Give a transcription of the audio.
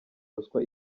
ruswa